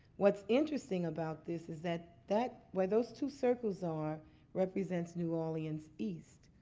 what's interesting about this is that that where those two circles are represents new orleans east.